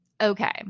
Okay